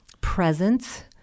presence